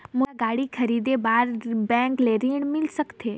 मोला गाड़ी खरीदे बार बैंक ले ऋण मिल सकथे?